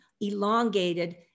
elongated